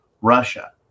Russia